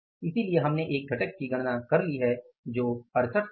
इसलिए हमने एक घटक की गणना कर ली है जो 6800 है